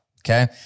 Okay